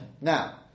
Now